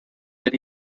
that